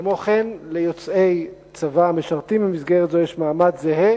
כמו כן, ליוצאי צבא המשרתים במסגרת זו יש מעמד זהה